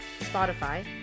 Spotify